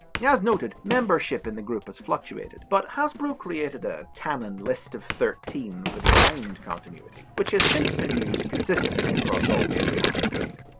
yeah noted, membership in the group has fluctuated, but hasbro created a canon list of thirteen for the aligned continuity, which has since been used consistently across all major modern media.